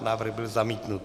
Návrh byl zamítnut.